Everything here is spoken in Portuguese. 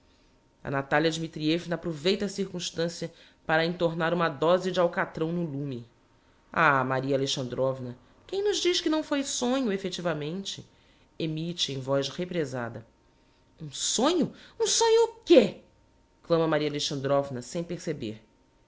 a natalia dmitrievna aproveita a circunstancia para entornar uma doze d'alcatrão no lume ah maria alexandrovna quem nos diz que não foi sonho effectivamente emitte em voz represada um sonho um sonho o quê clama maria alexandrovna sem perceber